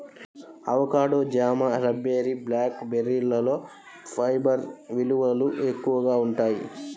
avocado, జామ, raspberry, black బెర్రీలలో fibre విలువలు ఎక్కువగా ఉంటాయి